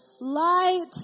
Light